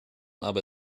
aber